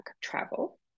travel